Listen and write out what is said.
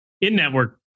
in-network